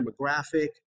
demographic